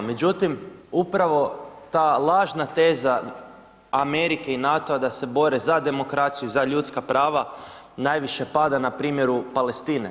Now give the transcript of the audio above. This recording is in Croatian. Međutim, upravo ta lažna teza Amerike i NATO-a da se bore za demokraciju za ljudska prava najviše pada na primjeru Palestine.